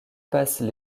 passent